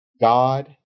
God